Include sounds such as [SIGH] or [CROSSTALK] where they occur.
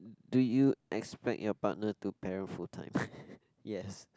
do you expect your partner to parent full time [LAUGHS] yes